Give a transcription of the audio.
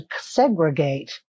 segregate